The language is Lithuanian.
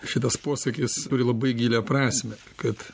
šitas posakis turi labai gilią prasmę kad